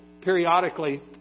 periodically